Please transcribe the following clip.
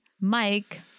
Mike